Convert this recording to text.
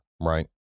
Right